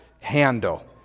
handle